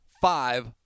five